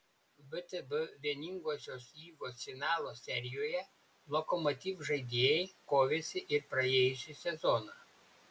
vtb vieningosios lygos finalo serijoje lokomotiv žaidėjai kovėsi ir praėjusį sezoną